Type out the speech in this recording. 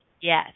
Yes